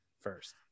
first